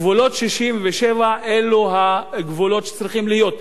גבולות 67' אלו הגבולות שצריכים להיות,